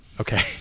Okay